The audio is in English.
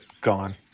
gone